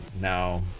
now